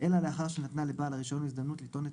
אלא לאחר שנתנה לבעל הרישיון הזדמנות לטעות את